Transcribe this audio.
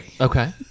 Okay